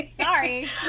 Sorry